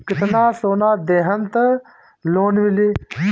कितना सोना देहम त लोन मिली?